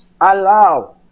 allow